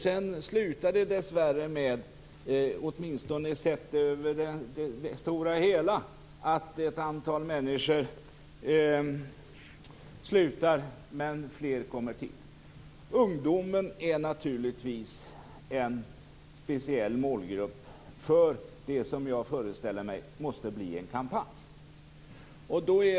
Sedan slutar det dessvärre, åtminstone på det stora hela, med att ett antal människor slutar. Men fler kommer till. Ungdomen är naturligtvis en speciell målgrupp för det som jag föreställer mig måste bli en kampanj.